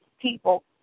people